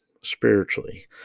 spiritually